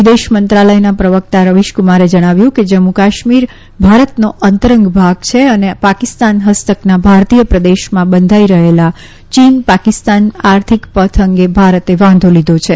વિદેશમંત્રાલયના પ્રવકતા રવીશકુમારે જણાવ્યું કે જમ્મુ કાશ્મીર ભારતનો અંતરંગ ભાગ છે અને પાકિસ્તાન ફસ્તકના ભારતીય પ્રદેશમાં બંધાઇ રહેલા ચીન પાકિસ્તાન આર્થિક પથ અંગે ભારતે વાંધો લીધો છે